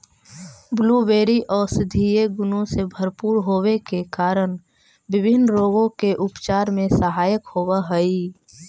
blueberry औषधीय गुणों से भरपूर होवे के कारण विभिन्न रोगों के उपचार में सहायक होव हई